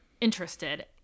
interested